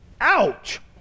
Ouch